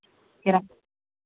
किराया